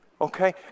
Okay